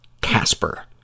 Casper